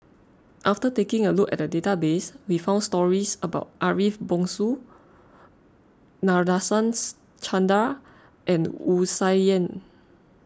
after taking a look at the database we found stories about Ariff Bongso Nadasen's Chandra and Wu Tsai Yen